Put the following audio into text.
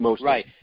Right